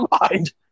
mind